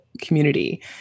community